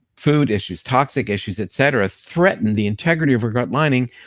food issues, toxic issues, et cetera threaten the integrity of our gut lining,